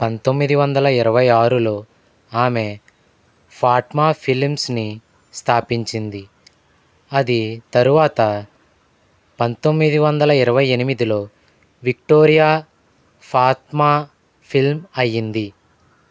పంతొమ్మిది వందల ఇరవై ఆరులో ఆమె ఫాట్మా ఫిలిమ్స్ని స్థాపించింది అది తరువాత పంతొమ్మిది వందల ఇరవై ఎనిమిదిలో విక్టోరియా ఫాత్మా ఫిల్మ్ అయ్యింది